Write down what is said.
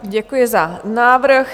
Děkuji za návrh.